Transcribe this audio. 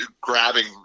grabbing